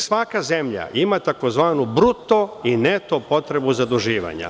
Svaka zemlja ima tzv. bruto i neto potrebu zaduživanja.